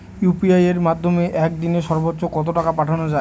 UPI এর মাধ্যমে এক দিনে সর্বচ্চ কত টাকা পাঠানো যায়?